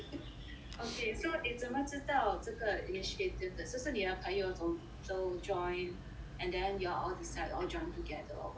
okay so 你怎么知道这个 initiative 的是不是你的朋友 zho~ join and then you all decide all join together or what